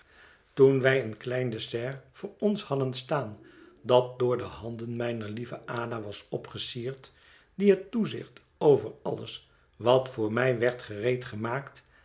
toen wij een klein dessert voor ons hadden staan dat door de handen mijner lieve ada was opgesierd die het toezicht over alles wat voor mij werd